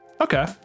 Okay